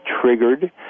triggered